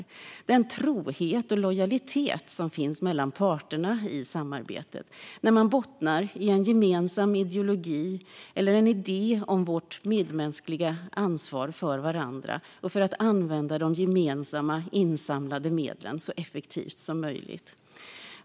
Det handlar om den trohet och lojalitet som finns mellan parterna i samarbetet när man bottnar i en gemensam ideologi eller en idé om vårt medmänskliga ansvar för varandra och för att använda de gemensamma, insamlade medlen så effektivt som möjligt.